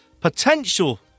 potential